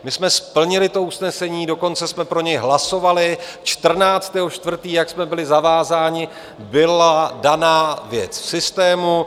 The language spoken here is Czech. My jsme splnili usnesení, dokonce jsme pro něj hlasovali, 14. 4., jak jsme byli zavázáni, byla daná věc v systému.